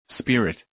spirit